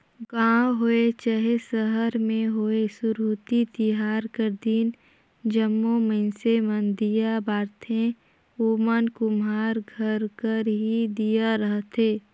गाँव होए चहे सहर में होए सुरहुती तिहार कर दिन जम्मो मइनसे मन दीया बारथें ओमन कुम्हार घर कर ही दीया रहथें